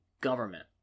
government